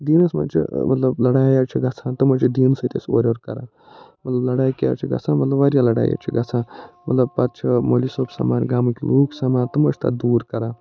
دیٖنَس منٛز چھِ مطلب لڑایہِ حظ چھِ گژھان تِم حظ چھِ دیٖنہٕ سۭتۍ أسۍ اورٕ یور کران مطلب لڑایہِ کیٛازِ چھِ گژھان مطلب واریاہ لڑایہِ حظ چھِ گژھان مطلب پتہٕ چھِ مولوٗی صوب سَمان گامٕکۍ لوٗکھ سَمان تِم حظ چھِ تَتھ دوٗر کران